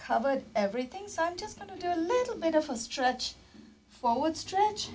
covered everything so i'm just going to do a little bit of a stretch forward stretch